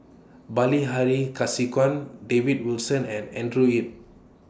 Bilahari Kausikan David Wilson and Andrew Yip